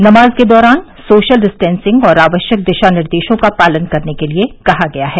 नमाज के दौरान सोशल डिस्टेंसिंग और आवश्यक दिशा निर्देशों का पालन करने के लिये कहा गया है